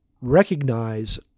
recognize